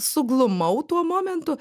suglumau tuo momentu